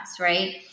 Right